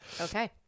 okay